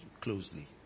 closely